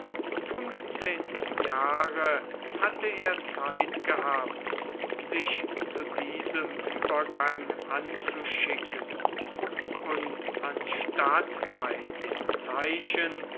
fünfzehn jahre hatte er zeit gehabt sich zu diesem uebergang anzuschicken und anstatt bei den zeichen